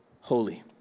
holy